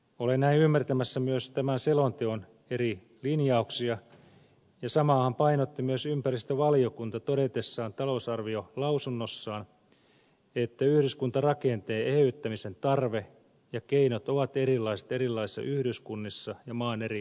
olen näin ymmärtämässä myös tämän selonteon eri linjauksia ja samaahan painotti myös ympäristövaliokunta todetessaan talousarviolausunnossaan että yhdyskuntarakenteen eheyttämisen tarve ja keinot ovat erilaiset erilaisissa yhdyskunnissa ja maan eri osissa